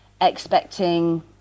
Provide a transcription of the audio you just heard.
expecting